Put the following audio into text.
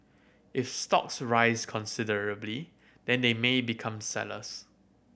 if stocks rise considerably then they may become sellers